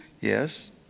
Yes